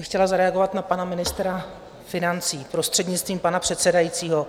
Já bych chtěla zareagovat na pana ministra financí, prostřednictvím pana předsedajícího.